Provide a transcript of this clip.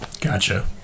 Gotcha